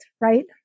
right